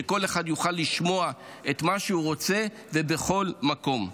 שכל אחד יוכל לשמוע את מה שהוא רוצה ובכל מקום.